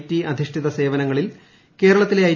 T അധിഷ്ഠിത സേവനങ്ങളിൽ കേരളത്തിലെ ഐ